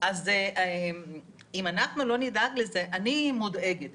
אם אנחנו לא נדאג לזה, אני מודאגת.